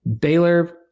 Baylor